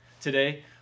Today